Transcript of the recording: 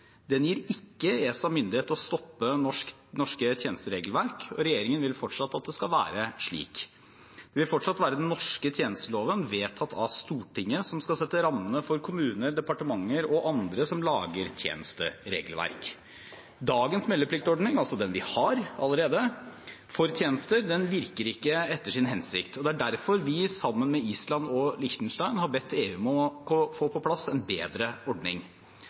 Den gir ikke ESA myndighet til å stoppe norske tjenesteregelverk, og regjeringen vil fortsatt at det skal være slik. Det vil fortsatt være den norske tjenesteloven, vedtatt av Stortinget, som skal sette rammene for kommuner, departementer og andre som lager tjenesteregelverk. Dagens meldepliktordning, altså den vi allerede har for tjenester, virker ikke etter sin hensikt, og det er derfor vi, sammen med Island og Liechtenstein, har bedt EU om å få på plass en bedre ordning.